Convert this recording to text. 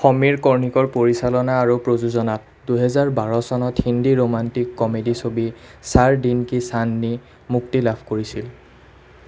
সমীৰ কৰ্ণিকৰ পৰিচালনা আৰু প্ৰযোজনাত দুহাজাৰ বাৰ চনত হিন্দী ৰোমান্টিক কমেডী ছবি চাৰ দিন কি চান্দনী মুক্তি লাভ কৰিছিল